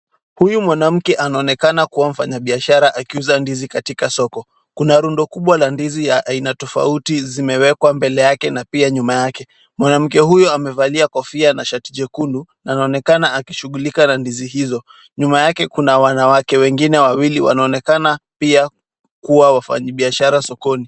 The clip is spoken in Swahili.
Huyu mwanamke anaoenekana kuwa mfanyabiashara akiuza ndizi katika soko. Kuna rundo kubwa la ndizi ya aina tofauti zimewekwa mbele yake na pia nyuma yake. Mwanamke huyu amevalia kofia na shati jekundu na anaonekana akishughulika na ndizi hizo. Nyuma yake kuna wanawake wengine wawili wanaonekana pia kuwa wafanyibiashara sokoni.